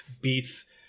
beats